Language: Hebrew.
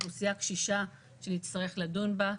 אוכלוסייה קשישה שנצטרך לדון בה.